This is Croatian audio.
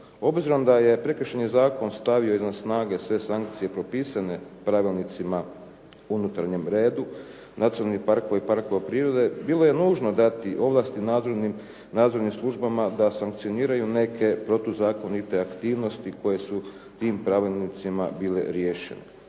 Obzirom da je Prekršajni zakon stavio iznad snage sve sankcije propisane pravilnicima o unutarnjem redu nacionalnih parkove i parkova prirode, bilo je nužno dati ovlasti nadzornim službama da sankcioniraju neke protuzakonite aktivnosti koje su tim pravilnicima bile riješene.